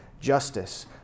justice